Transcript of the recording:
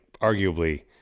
arguably